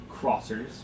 crossers